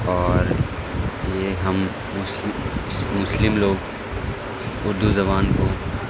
اور یہ ہم مسلم لوگ اردو زبان کو